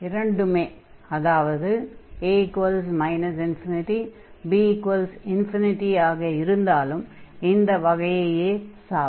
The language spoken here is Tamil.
இரண்டுமே அதாவது a ∞ b ∞ ஆக இருந்தாலும் இந்த வகையை சேரும்